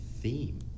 theme